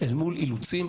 אל מול אילוצים,